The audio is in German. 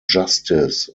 justice